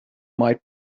might